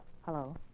hello